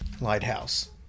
lighthouse